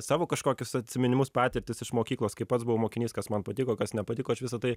savo kažkokius atsiminimus patirtis iš mokyklos kai pats buvau mokinys kas man patiko kas nepatiko aš visa tai